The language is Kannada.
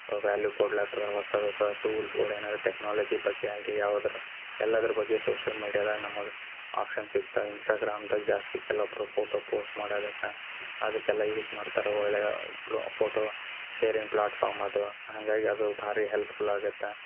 ಅವ ವ್ಯಾಲ್ಯು ಕೊಡ್ಲತದ ಹೊಸ ಹೊಸ ಟೂಲ್ಸ್ಗುಳೇನದ ಟೆಕ್ನಾಲಜಿ ಬಗ್ಗೆ ಆಗಲಿ ಯಾವ್ದರ ಎಲ್ಲಾದ್ರ ಬಗ್ಗೆ ಸೋಶಿಯಲ್ ಮೀಡಿಯಾದಾಗ ನಮಗೆ ಆಪ್ಷನ್ ಸಿಕ್ತಾವೆ ಇನ್ಸ್ಟಾಗ್ರಾಮ್ದಾಗ ಜಾಸ್ತಿ ಕೆಲವೊಬ್ಬರು ಫೋಟೋ ಪೋಸ್ಟ್ ಮಾಡೋದಕ್ಕೆ ಅದಕ್ಕೆಲ್ಲ ಯೂಸ್ ಮಾಡ್ತಾರೆ ಒಳ್ಳೆಯ ಫೋಟೋ ಶೇರಿಂಗ್ ಫ್ಲಾಟ್ಫಾರ್ಮ್ ಅದು ಹಾಗಾಗಿ ಅದು ಭಾರಿ ಹೆಲ್ಪ್ಫುಲ್ ಆಗತ್ತೆ